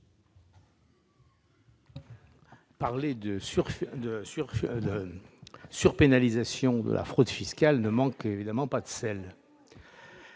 Parler de « surpénalisation » de la fraude fiscale ne manque évidemment pas de sel